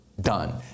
done